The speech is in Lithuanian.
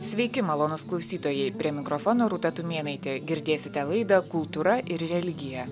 sveiki malonūs klausytojai prie mikrofono rūta tumėnaitė girdėsite laidą kultūra ir religija